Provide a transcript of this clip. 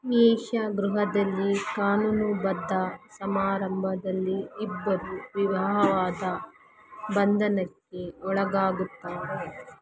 ವೇಶ್ಯಾಗೃಹದಲ್ಲಿ ಕಾನೂನುಬದ್ಧ ಸಮಾರಂಭದಲ್ಲಿ ಇಬ್ಬರು ವಿವಾಹವಾದ ಬಂಧನಕ್ಕೆ ಒಳಗಾಗುತ್ತಾರೆ